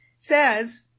says